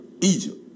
Egypt